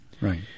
Right